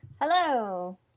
Hello